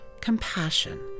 compassion